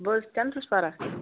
بہٕ حظ چھُس ٹٮ۪نتھَس پَران